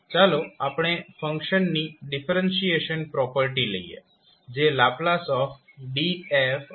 ચાલો આપણે ફંક્શનની ડિફરેન્શીએશન પ્રોપર્ટી લઈએ જે ℒ dfdt છે તો આપણે શું લખીએ